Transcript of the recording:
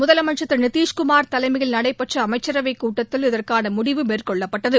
முதலமைச்சர் திரு நிதிஷ்குமார் தலைமையில் நடைபெற்ற அமைச்சரவைக் கூட்டத்தில் இதற்கான முடிவு மேற்கொள்ளப்பட்டது